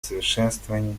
совершенствование